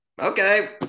Okay